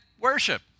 worship